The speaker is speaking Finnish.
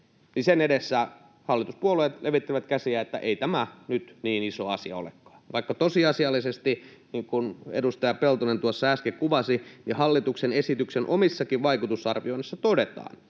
— edessä hallituspuolueet levittävät käsiä, että ei tämä nyt niin iso asia olekaan, vaikka tosiasiallisesti, niin kuin edustaja Peltonen tuossa äsken kuvasi ja hallituksen esityksen omissakin vaikutusarvioinneissa todetaan,